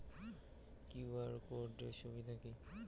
QR code এর সুবিধা কি?